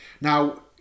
Now